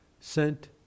sent